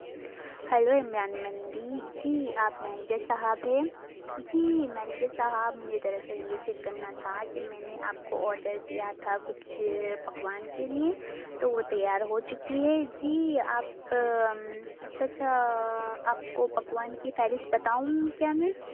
hello Imran مندی جی آپ manager صاحب ہے جی منیجر صاحب مجھے در اصل یہ چیک کرنا تھا کہ میں نے آپ کو آرڈر دیا تھا کچھ پکوان کے لئے تو وہ تیار ہو چکی ہے جی آپ اچھا اچھا آپ کو پکوان کی فہرست بتاؤں کیا میں